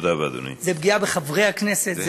זה פגיעה בחברי הכנסת.